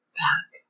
back